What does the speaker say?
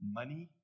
money